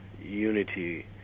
unity